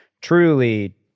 truly